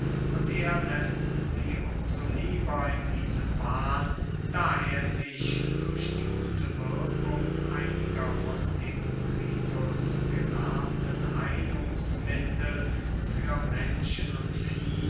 und er läßt sie um so lieber auf diesem wahn da er sich durch die gute wirkung einiger von demokritus gelernten heilungsmittel für menschen und vieh